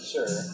Sure